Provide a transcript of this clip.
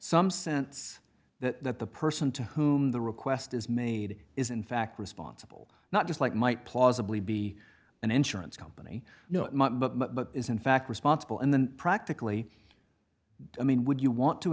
some sense that the person to whom the request is made is in fact responsible not just like might plausibly be an insurance company but is in fact responsible and then practically i mean would you want to